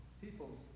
people